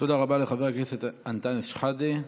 תודה רבה לחבר הכנסת אנטאנס שחאדה.